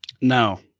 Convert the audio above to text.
No